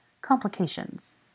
complications